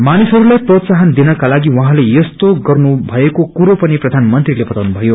मानिसहरूलाई प्रोत्साहन दिनका लागि उहाँले यस्तो गर्नु भएको कुरो पनि प्रधानमंत्रीले बताउनुभयो